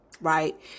right